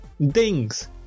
dings